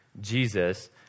Jesus